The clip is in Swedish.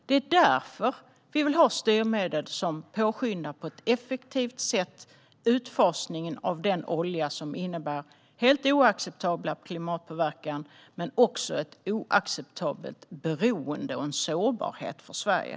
Det är därför vi vill ha styrmedel som på ett effektivt sätt påskyndar utfasningen av den olja som innebär en helt oacceptabel klimatpåverkan men också ett oacceptabelt beroende och en sårbarhet för Sverige.